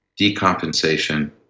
decompensation